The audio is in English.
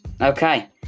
Okay